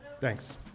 Thanks